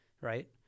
right